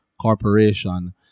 Corporation